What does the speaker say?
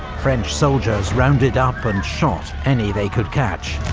french soldiers rounded up and shot any they could catch,